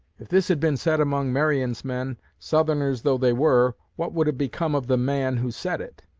if this had been said among marion's men, southerners though they were, what would have become of the man who said it?